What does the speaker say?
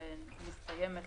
שמסתיימת,